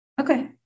okay